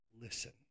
listen